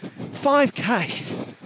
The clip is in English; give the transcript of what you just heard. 5K